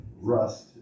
rust